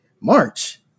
March